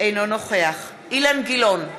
אינו נוכח אילן גילאון,